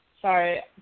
Sorry